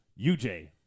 UJ